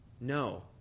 No